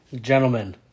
gentlemen